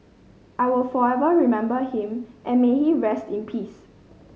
I will forever remember him and may he rest in peace